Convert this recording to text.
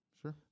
Sure